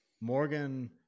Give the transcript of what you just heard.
Morgan